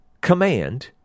command